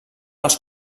els